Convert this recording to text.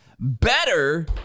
Better